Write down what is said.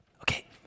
Okay